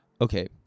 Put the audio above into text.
Okay